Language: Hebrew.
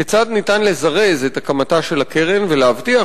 כיצד ניתן לזרז את הקמתה של הקרן ולהבטיח